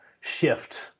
shift